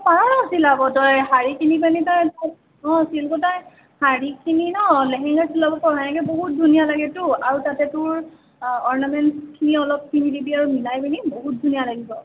অঁ পাৰ ন চিলাব তই শাৰী কিনি পেনি তই অঁ ছিল্ক সূতাৰ শাৰী কিনি ন লেহেংগা চিলাব পাৰ এনেকে বহুত ধুনীয়া লাগেতো আৰু তাতে তোৰ অৰ্ণামেন্টচখিনিও অলপ পিন্ধি দিবি আৰু মিলাই মেলি বহুত ধুনীয়া লাগিব